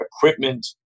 equipment